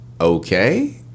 Okay